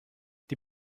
die